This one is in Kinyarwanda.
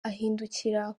ahindukira